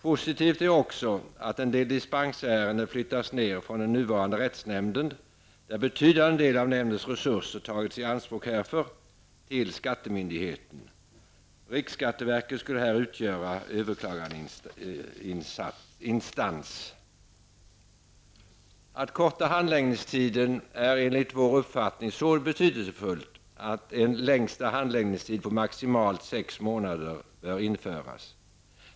Positivt är också att en del dispensärenden flyttas ner från den nuvarande rättsnämnden, där en betydande del av nämndens resurser tagits i anspråk, till skattemyndigheten. Riksskatteverket skulle här utgöra överklagandeinstans. Att korta handläggningstiden är enligt vår uppfattning så betydelsefullt att en längsta handläggningstid på sex månader bör införas.